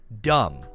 dumb